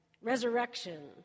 resurrection